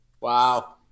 Wow